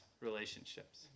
relationships